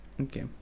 Okay